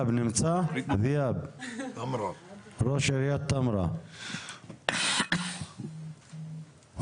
תודה רבה אדוני היושב ראש על ההזדמנות שאתה